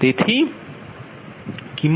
36Pg2max32